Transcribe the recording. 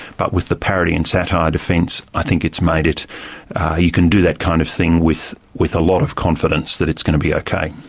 but with the parody and satire defence, i think it's made it you can do that kind of thing with with a lot of confidence that it's going to be ok.